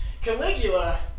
Caligula